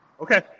Okay